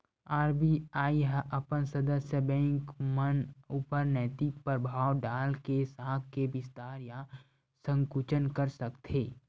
RBI ह अपन सदस्य बेंक मन ऊपर नैतिक परभाव डाल के साख के बिस्तार या संकुचन कर सकथे